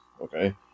okay